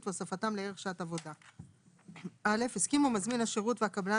והוספתם לערך שעת עבודה 3. (א) הסכימו מזמין השירות והקבלן